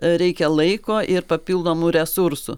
reikia laiko ir papildomų resursų